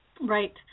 Right